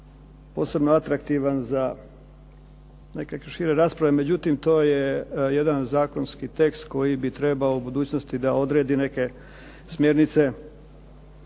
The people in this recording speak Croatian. posebno atraktivan za neke šire rasprave, međutim to je jedan zakonski tekst koji bi trebao u budućnosti da odredi neke smjernice